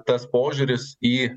tas požiūris į